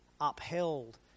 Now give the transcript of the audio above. upheld